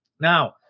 now